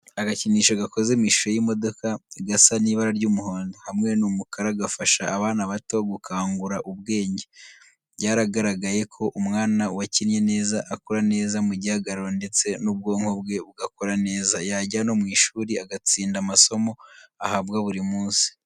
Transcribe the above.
Agakinisho gakozwe mu ishusho y'imodoka gasa n'ibara ry'umuhondo, hamwe n'umukara gafasha abana bato gukangura ubwenge. Byaragaragaye ko umwana wakinnye neza akura neza mu gihagararo ndetse n'ubwonko bwe bugakora neza, yajya no mu ishuri agatsinda amasomo ahabwa buri munsi.